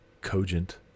cogent